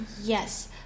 Yes